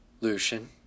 Lucian